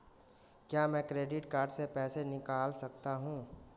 क्या मैं credit card से पैसे निकाल सकता हूँ?